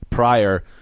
Prior